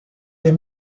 des